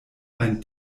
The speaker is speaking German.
einen